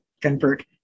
convert